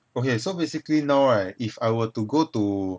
okay so basically now right if I were to go to